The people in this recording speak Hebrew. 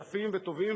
יפים וטובים,